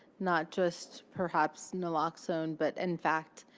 not just, perhaps, naloxone, but in fact,